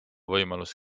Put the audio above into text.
võimalus